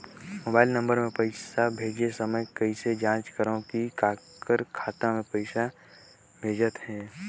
Mobile number मे पइसा भेजे समय कइसे जांच करव की काकर खाता मे पइसा भेजात हे?